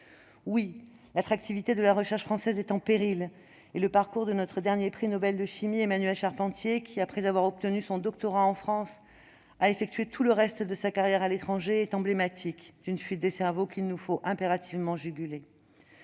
Oui, l'attractivité de la recherche française est en péril, et le parcours de notre dernier prix Nobel de chimie, Emmanuelle Charpentier, qui, après avoir obtenu son doctorat en France, a effectué tout le reste de sa carrière à l'étranger, est emblématique d'une fuite des cerveaux qu'il nous faut impérativement juguler.